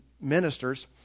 ministers